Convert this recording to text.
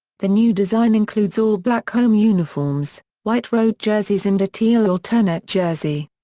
the new design includes all black home uniforms, white road jerseys and a teal alternate jersey.